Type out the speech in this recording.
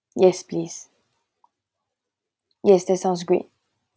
yes please yes that sounds great